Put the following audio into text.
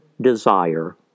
desire